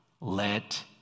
let